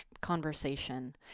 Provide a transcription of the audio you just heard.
conversation